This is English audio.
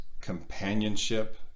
companionship